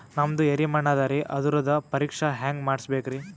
ನಮ್ದು ಎರಿ ಮಣ್ಣದರಿ, ಅದರದು ಪರೀಕ್ಷಾ ಹ್ಯಾಂಗ್ ಮಾಡಿಸ್ಬೇಕ್ರಿ?